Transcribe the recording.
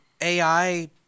AI